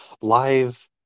live